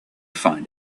find